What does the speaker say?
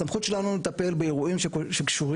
הסמכות שלנו היא לטפל באירועים שקשורים